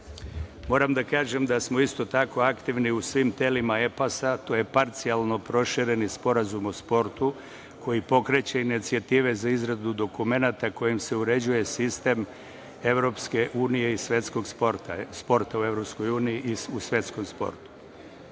da kažem da smo isto tako aktivni u svim telima EPAS-a, to je parcijalno prošireni sporazum o sportu, koji pokreće inicijative za izradu dokumenata kojima se uređuje sistem EU i svetskog sporta, sporta u EU i svetskog sporta. Srbija